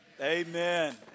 amen